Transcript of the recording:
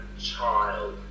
child